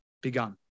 begun